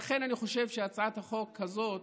לכן אני חושב שהצעת החוק הזאת,